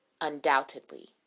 undoubtedly